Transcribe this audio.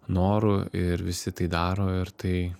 noru ir visi tai daro ir tai